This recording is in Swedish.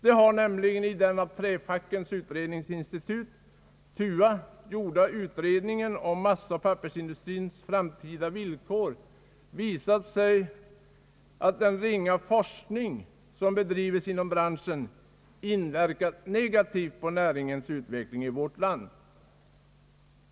Det har nämligen i den av Träfackens utredningsavdelning, TUA, verkställda utredningen om massaoch pappersindustrins framtida villkor visat sig att den ringa forskning som bedrives inom branschen inverkat negativt på näringens utveckling i vårt land.